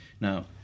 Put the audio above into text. now